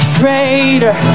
greater